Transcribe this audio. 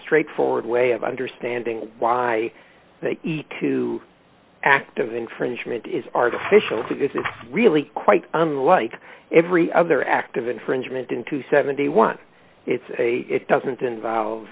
straightforward way of understanding why active infringement is artificial it's really quite unlike every other act of infringement into seventy one it's a it doesn't involve